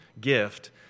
gift